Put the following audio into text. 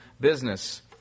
business